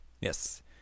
Yes